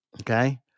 Okay